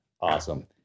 Awesome